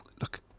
look